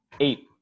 Eight